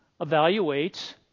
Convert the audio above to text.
evaluates